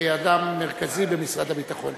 וכאדם מרכזי במשרד הביטחון.